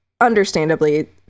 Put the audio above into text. understandably